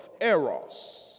Eros